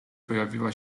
pojawiła